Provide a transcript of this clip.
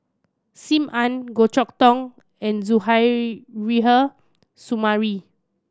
Sim Ann Goh Chok Tong and Suzairhe Sumari